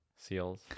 Seals